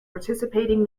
participating